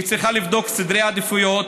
היא צריכה לבדוק סדרי עדיפויות,